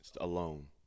alone